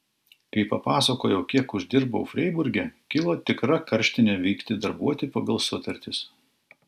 kai papasakojau kiek uždirbau freiburge kilo tikra karštinė vykti darbuotis pagal sutartis